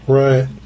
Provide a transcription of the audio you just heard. right